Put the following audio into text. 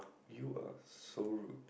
you are so rude